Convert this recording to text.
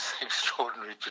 extraordinary